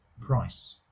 price